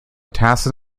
tacit